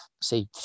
say